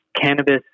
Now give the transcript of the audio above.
cannabis